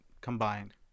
combined